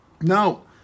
No